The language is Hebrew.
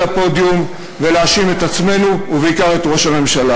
ולא לעמוד כאן מעל הפודיום ולהאשים את עצמנו ובעיקר את ראש הממשלה.